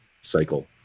cycle